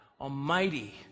Almighty